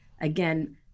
again